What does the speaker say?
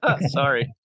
Sorry